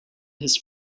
his